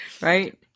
right